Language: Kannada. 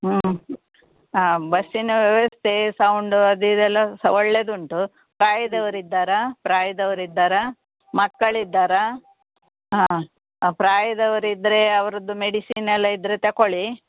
ಹ್ಞೂ ಆ ಬಸ್ಸಿನ ವ್ಯವಸ್ತೇ ಸೌಂಡು ಅದು ಇದೆಲ್ಲ ಸಹ ಒಳ್ಳೇದುಂಟು ಪ್ರಾಯದವರು ಇದ್ದಾರಾ ಪ್ರಾಯದವ್ರು ಇದ್ದಾರಾ ಮಕ್ಕಳಿದ್ದಾರಾ ಹಾಂ ಪ್ರಾಯದವ್ರು ಇದ್ರೇ ಅವರದ್ದು ಮೆಡಿಸಿನ್ ಎಲ್ಲ ಇದ್ರೆ ತಗೊಳ್ಳಿ